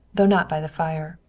though not by the fire.